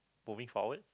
moving forward